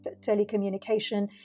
telecommunication